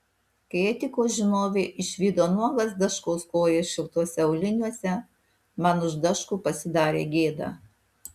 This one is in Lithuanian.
kai etikos žinovė išvydo nuogas daškaus kojas šiltuose auliniuose man už daškų pasidarė gėda